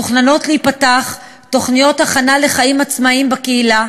מתוכננות להיפתח תוכניות הכנה לחיים עצמאיים בקהילה